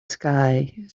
sky